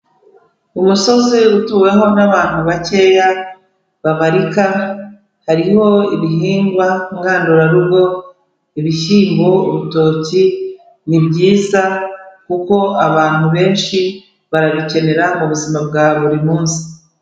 Umusozi utuweho n'abantu bakeya babarika, hariho ibihingwa ngandurarugo, ibishyimbo, urutoki, ni byiza kuko abantu benshi barabikenera mu buzima bwa buri munsi.